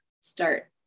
start